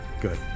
Good